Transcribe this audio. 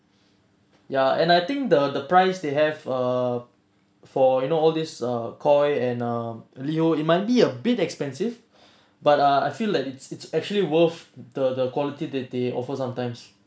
ya and I think the the price they have err for you know all this err koi and uh liho it might be a bit expensive but ah I feel that it's it's actually worth the the quality that they offer sometimes